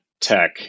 tech